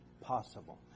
possible